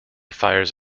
fires